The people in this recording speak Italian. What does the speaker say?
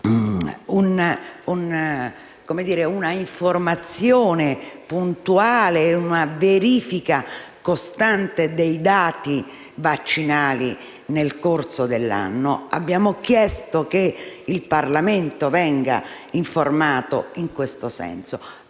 un'informazione puntuale e una verifica costante dei dati vaccinali nel corso dell'anno e che il Parlamento venga informato in questo senso.